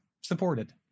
supported